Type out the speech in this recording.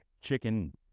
chicken